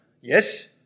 Yes